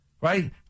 Right